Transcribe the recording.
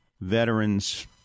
veterans